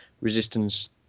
Resistance